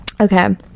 Okay